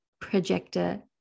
projector